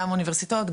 גם אוניברסיטאות,